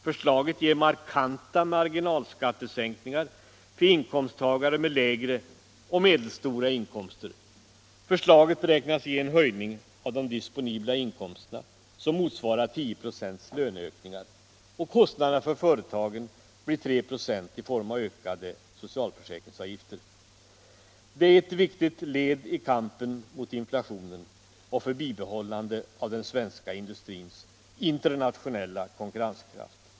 Förslaget ger markanta marginalskattesänkningar för inkomsttagare med lägre och medelstora inkomster. Förslaget beräknas ge en höjning av de disponibla inkomsterna som motsvarar 10 96 löneökningar. Kostnaden för företagen blir 3 96 i form av ökade socialförsäkringsavgifter. Detta är ett viktigt led i kampen mot inflationen och för bibehållande av den svenska industrins internationella konkurrenskraft.